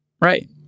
Right